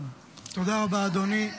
תודה רבה, אדוני.